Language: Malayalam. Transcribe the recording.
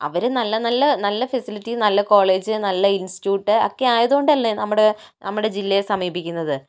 അപ്പോൾ അവരും നല്ല നല്ല ഫെസിലിറ്റി നല്ല കോളേജ് നല്ല ഇൻസ്റ്റ്യൂട്ട് ഒക്കെ ആയതുകൊണ്ടല്ലേ നമ്മുടെ നമ്മുടെ ജില്ലയെ സമീപിക്കുന്നത്